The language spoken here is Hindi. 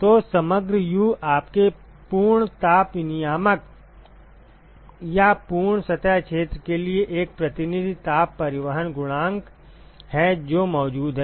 तो समग्र U आपके पूर्ण ताप विनिमायक या पूर्ण सतह क्षेत्र के लिए एक प्रतिनिधि ताप परिवहन गुणांक है जो मौजूद है